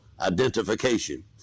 identification